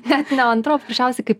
net ne antra o paprasčiausiai kaip